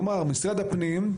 כלומר, משרד הפנים,